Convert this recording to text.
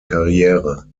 karriere